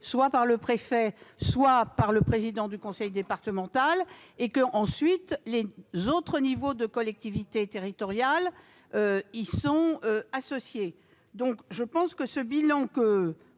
soit par le préfet, soit par le président du conseil départemental et que les autres niveaux de collectivités territoriales y sont également associés. Il me semble que le bilan que